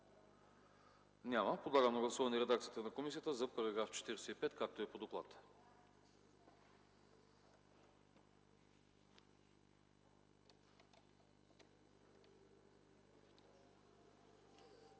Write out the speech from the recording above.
Няма. Подлагам на гласуване редакцията на комисията за § 5, така както е по доклад.